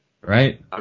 Right